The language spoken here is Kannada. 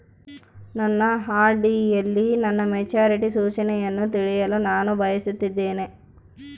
ನನ್ನ ಆರ್.ಡಿ ಯಲ್ಲಿ ನನ್ನ ಮೆಚುರಿಟಿ ಸೂಚನೆಯನ್ನು ತಿಳಿಯಲು ನಾನು ಬಯಸುತ್ತೇನೆ